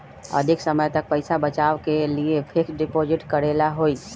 अधिक समय तक पईसा बचाव के लिए फिक्स डिपॉजिट करेला होयई?